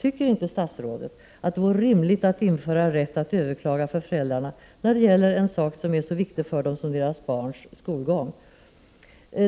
Tycker inte statsrådet att det vore rimligt att införa rätt att överklaga för föräldrarna när det gäller en sak som är så viktig för dem som deras barns skolgång?